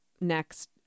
next